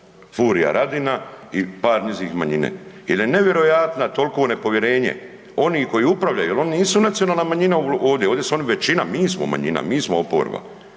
Furia Radina i par njih iz manjine, jer je nevjerojatna toliko nepovjerenje onih koji upravljaju jer oni nisu nacionalna manjina ovdje, ovdje su oni većina, mi smo manjina, mi smo oporba,